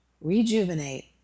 rejuvenate